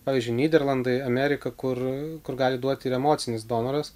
pavyzdžiui nyderlandai amerika kur kur gali duoti ir emocinis donoras